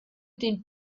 den